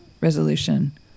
resolution